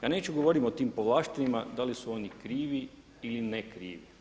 Ja neću govoriti o tim povlaštenima da li su oni krivi ili ne krivi.